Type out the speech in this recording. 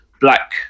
black